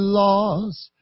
lost